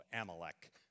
Amalek